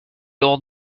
old